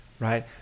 Right